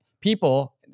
people